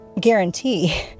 guarantee